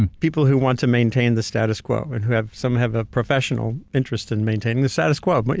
and people who want to maintain the status quo, and who have. some have a professional interest in maintaining the status quo, but